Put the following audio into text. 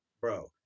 Bro